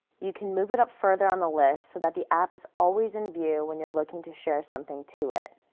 you can move it up further on the list, so that the app is always in view when you're looking to share something to it.